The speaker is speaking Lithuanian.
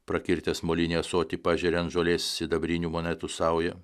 prakirtęs molinį ąsotį pažeria ant žolės sidabrinių monetų saują